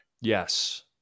Yes